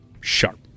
sharp